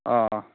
অঁ